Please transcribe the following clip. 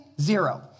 zero